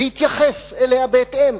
ויתייחס אליה בהתאם,